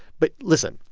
but listen,